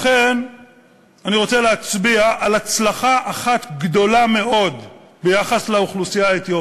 לכן אני רוצה להצביע על הצלחה אחת גדולה מאוד ביחס לאוכלוסייה האתיופית.